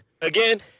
Again